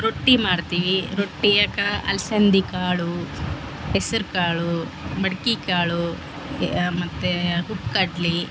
ರೊಟ್ಟಿ ಮಾಡ್ತೀವಿ ರೊಟ್ಟಿಯಾಕ ಅಲ್ಸಂದಿ ಕಾಳು ಹೆಸ್ರು ಕಾಳು ಮಡ್ಕಿ ಕಾಳು ಮತ್ತು ಉಪ್ಕಡ್ಲಿ